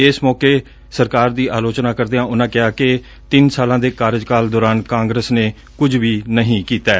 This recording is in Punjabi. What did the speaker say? ਇਸ ਮੌਕੇ ਸਰਕਾਰ ਦੀ ਆਲੋਚਨਾ ਕਰਦਿਆ ਉਨਾ ਕਿਹਾ ਕਿ ਤਿੰਨ ਸਾਲਾ ਦੇ ਕਾਰਜਕਾਲ ਦੌਰਾਨ ਕਾਂਗਰਸ ਨੇ ਕੁਝ ਵੀ ਨਹੀਂ ਕੀਤੈ